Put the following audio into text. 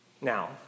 Now